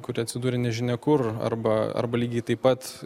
kuri atsidūrė nežinia kur arba arba lygiai taip pat